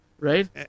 right